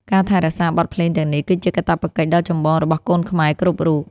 ការថែរក្សាបទភ្លេងទាំងនេះ គឺជាកាតព្វកិច្ចដ៏ចម្បងរបស់កូនខ្មែរគ្រប់រូប។